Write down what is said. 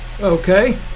Okay